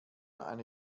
eine